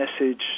message